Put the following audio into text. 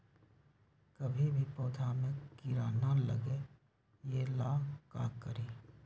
कभी भी पौधा में कीरा न लगे ये ला का करी?